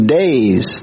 days